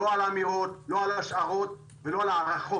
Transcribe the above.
לא על אמירות, לא על השערות ולא על הערכות.